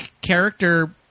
character